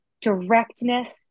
directness